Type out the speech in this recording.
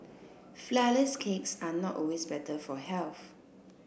flourless cakes are not always better for health